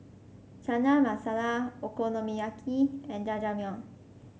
Chana Masala Okonomiyaki and Jajangmyeon